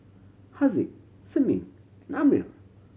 Haziq Senin Ammir